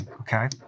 Okay